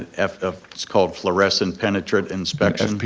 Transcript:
and ah it's called fluorescent penetrant inspection. fpi.